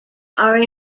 are